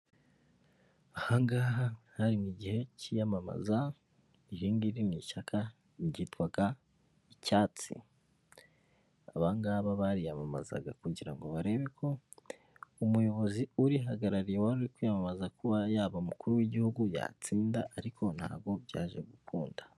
Aha ngaha hari mu gihe cy'iyamamaza, iri ngiri ni ishyaka ryitwaga icyatsi, aba ngaba bariyamamazaga kugira ngo barebe ko umuyobozi urihagarariye wari uri kwiyamamaza kuba yaba umukuru w'igihugu yatsinda, ariko ntabwo byaje gukunda.